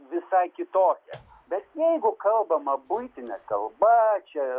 visai kitokia bet jeigu kalbama buitine kalba čia